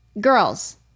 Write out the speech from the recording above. Girls